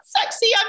sexy